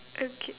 okay